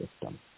system